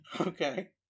Okay